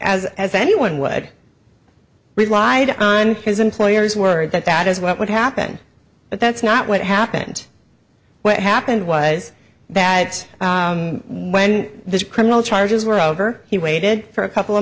as as anyone would relied on his employers word that that is what would happen but that's not what happened what happened was that when the criminal charges were over he waited for a couple of